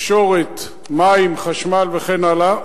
תקשורת, מים, חשמל וכן הלאה.